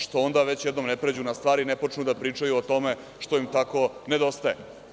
Što onda već jednom ne pređu na stvar i ne počnu da pričaju o tome što im tako nedostaje?